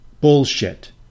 Bullshit